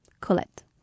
Colette